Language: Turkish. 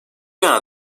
yana